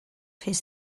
his